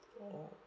oh